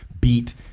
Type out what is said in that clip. beat